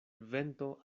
vento